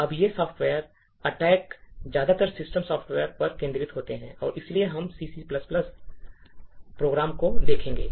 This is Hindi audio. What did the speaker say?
अब ये सॉफ्टवेयर अटैक ज्यादातर सिस्टम सॉफ्टवेयर पर केंद्रित होते हैं और इसलिए हम C और C प्रोग्राम को देखेंगे